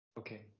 Okay